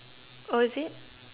oh is it